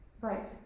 Right